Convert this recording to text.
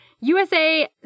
USA